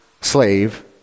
slave